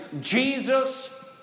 Jesus